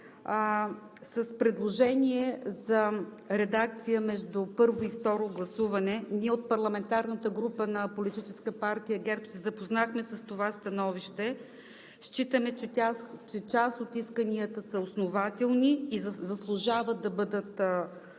с предложение за редакция между първо и второ гласуване. Ние от парламентарната група на Политическа партия ГЕРБ се запознахме с това становище. Считаме, че част от исканията са основателни и заслужават да бъдат подкрепени